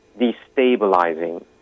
destabilizing